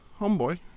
homeboy